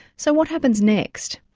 so what happens next?